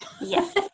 Yes